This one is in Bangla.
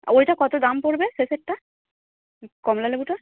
আর ওইটা কতো দাম পড়বে শেষেরটা কমলালেবুটা